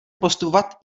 postupovat